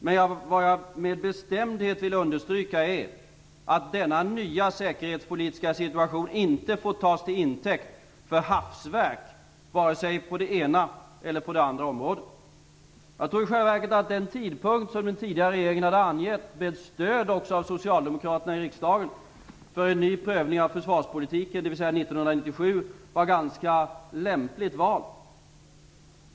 Men vad jag med bestämdhet vill understryka är att denna nya säkerhetspolitiska situation inte får tas till intäkt för hafsverk vare sig på det ena eller på det andra området. Jag tror i själva verket att den tidpunkt som den tidigare regeringen hade angett, med stöd också av Socialdemokraterna i riksdagen, för en ny prövning av försvarspolitiken - dvs. 1997 - var ganska lämpligt vald.